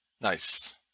Nice